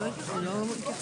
אין שום